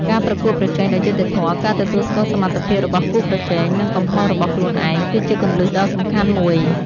ការប្រកួតប្រជែងដោយយុត្តិធម៌ ការទទួលស្គាល់សមត្ថភាពរបស់គូប្រជែង និងកំហុសរបស់ខ្លួនឯង គឺជាគន្លឹះដ៏សំខាន់មួយ។